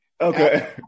Okay